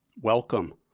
Welcome